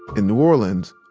in new orleans,